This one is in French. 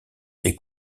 est